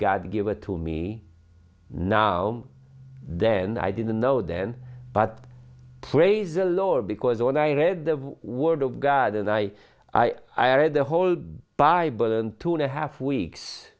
god give it to me now then i didn't know then but praise the lord because when i read the word of god and i i read the whole bible and two and a half weeks